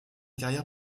carrière